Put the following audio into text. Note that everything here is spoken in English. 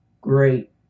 great